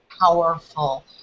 powerful